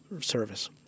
service